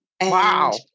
Wow